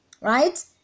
right